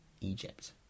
egypt